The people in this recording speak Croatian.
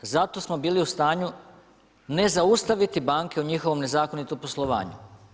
Zato smo bili u stanju ne zaustaviti banke u njihovom nezakonitom poslovanju.